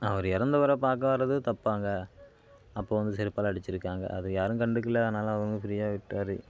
அவர் இறந்தவர பார்க்க வரது தப்பாங்க அப்போ வந்து செருப்பால் அடிச்சுருக்காங்க அது யாரும் கண்டுக்கல அதனால் அவங்களும் ஃப்ரியாக விட்டார்